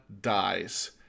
dies